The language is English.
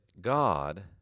God